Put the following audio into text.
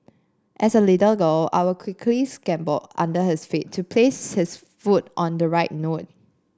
as a little girl I would quickly scamper under his feet to place his foot on the right note